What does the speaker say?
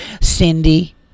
Cindy